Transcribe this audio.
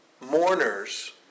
mourners